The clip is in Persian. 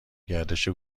گردش